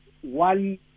one